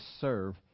serve